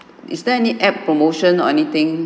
is there any app promotion or anything